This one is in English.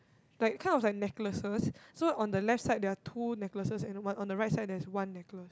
like kind of like necklaces so on the left side there are two necklaces and one on the right side there's one necklace